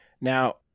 Now